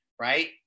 right